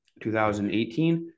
2018